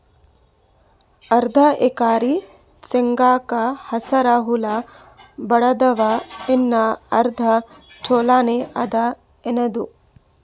ಅರ್ಧ ಎಕರಿ ಶೇಂಗಾಕ ಹಸರ ಹುಳ ಬಡದಾವ, ಇನ್ನಾ ಅರ್ಧ ಛೊಲೋನೆ ಅದ, ಏನದು?